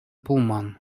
пулман